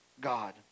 God